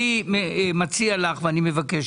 אני מציע לך ואני מבקש